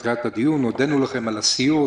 אנחנו הודנו לכם על הסיור,